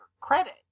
credit